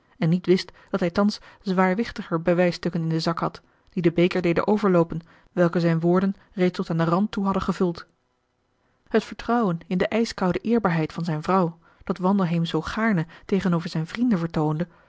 en niet wist dat hij thans zwaarwichtiger bewijsstukken in den zak had die den beker deden overloopen welken zijne woorden reeds tot aan den rand toe hadden gevuld marcellus emants een drietal novellen het vertrouwen in de ijskoude eerbaarheid van zijn vrouw dat wandelheem zoo gaarne tegenover zijn vrienden vertoonde